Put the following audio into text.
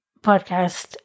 podcast